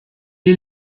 est